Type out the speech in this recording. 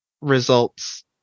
results